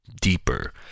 Deeper